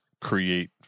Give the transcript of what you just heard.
create